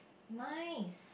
nice